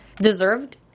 deserved